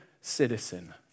citizen